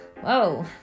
whoa